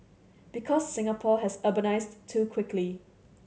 because Singapore has urbanised too quickly